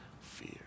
fear